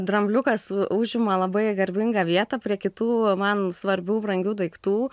drambliukas užima labai garbingą vietą prie kitų man svarbių brangių daiktų